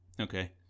Okay